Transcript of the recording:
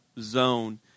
zone